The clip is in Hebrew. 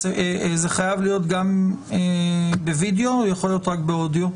זה חייב להיות גם בווידיאו או שיכול להיות רק באודיו?